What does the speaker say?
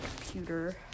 computer